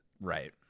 right